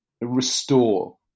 restore